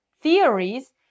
theories